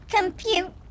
compute